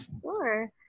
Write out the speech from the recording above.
Sure